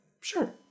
sure